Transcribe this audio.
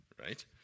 Right